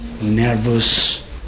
nervous